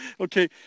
Okay